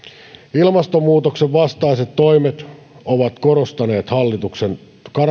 ilmastonmuutoksen vastaiset toimet ovat korostuneet hallituksen